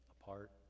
apart